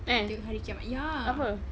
eh apa